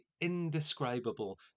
indescribable